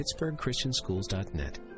pittsburghchristianschools.net